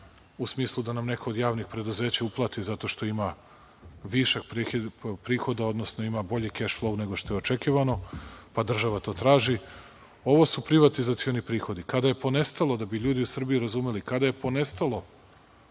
u smislu da nam neko od javnih preduzeća uplati zato što ima višak prihoda, odnosno ima bolju keš formu nego što je očekivano, a država to traži, ovo su privatizacioni prihodi. Kada je ponestalo, da bi ljudi u Srbiji razumeli, kada je ponestalo